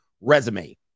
resume